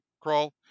crawl